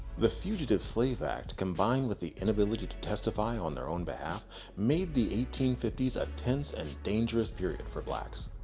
the fugitive slave act combined with the inability to testify on their own behalf made the eighteen fifty s a tense and dangerous period for blacks.